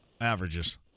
Averages